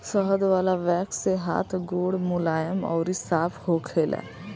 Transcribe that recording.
शहद वाला वैक्स से हाथ गोड़ मुलायम अउरी साफ़ होखेला